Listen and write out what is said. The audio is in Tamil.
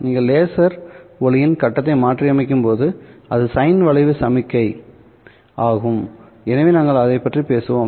நீங்கள் லேசர் ஒளியின் கட்டத்தை மாற்றியமைக்கும்போது அது சைன் வளைவு சமிக்ஞை ஆகும் எனவே நாங்கள் அதைப் பற்றி பேசுவோம்